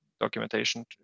documentation